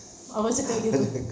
abah cakap gitu